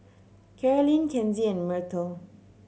Carolyn Kenzie and Myrtle